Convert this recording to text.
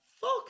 Fuck